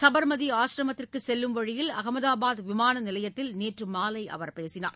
சபர்மதி ஆசிரமத்திற்கு செல்லும் வழியில் அகமதாபாத் விமான நிலையத்தில் நேற்று மாலை அவர் பேசினார்